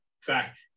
fact